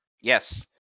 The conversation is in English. Yes